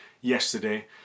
yesterday